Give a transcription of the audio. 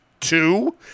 Two